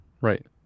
right